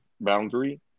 boundary